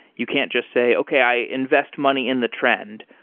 you can't just say, okay, i invest money in the trend.